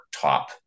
top